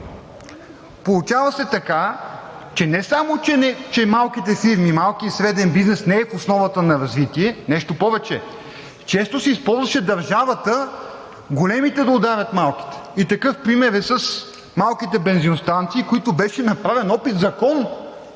Получава се така, че не само че малките фирми, малкият и средният бизнес не е в основата на развитие, нещо повече, често се използваше държавата, големите да ударят малките. Такъв пример е с малките бензиностанции, за които беше направен опит със закон